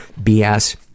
BS